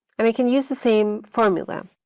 and we can use the same formula.